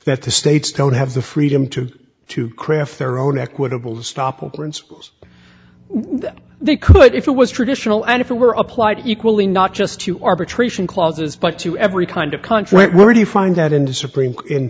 that the states don't have the freedom to to craft their own equitable stoppable in schools that they could if it was traditional and if it were applied equally not just to arbitration clauses but to every kind of country where do you find that in the supreme